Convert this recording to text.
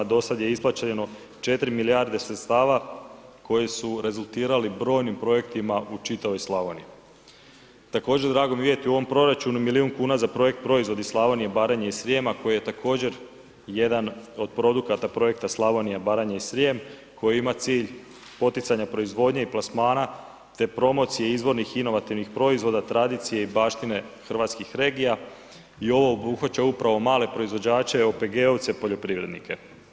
Dosada je isplaćeno 4 milijarde sredstava koji su rezultirali brojnim projektima u čitavoj Slavoniji. također, drago mi je vidjeti u ovom proračunu milijun kuna za projekt Proizvodi Slavonije, Baranje i Srijema koji je također jedan od produkata projekta Slavnija, Baranja i Srijem koji ima cilj poticanja proizvodnje i plasmana te promocije izvornih inovativnih proizvoda, tradicije i baštine hrvatskih regija i ovo obuhvaća upravo male proizvođače, OPG-ovce, poljoprivrednike.